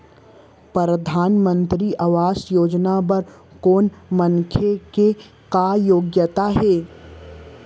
परधानमंतरी आवास योजना बर कोनो मनखे के का योग्यता हे?